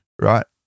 right